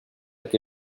que